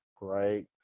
right